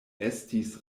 estis